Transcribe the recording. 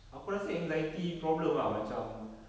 aku rasa anxiety problem ah macam